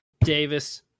Davis